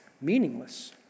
meaningless